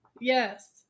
yes